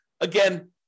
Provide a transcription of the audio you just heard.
Again